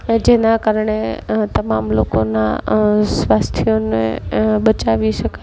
એ જેના કારણે તમામ લોકોના સ્વાસ્થ્યને એ બચાવી શકાય